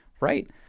right